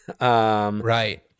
Right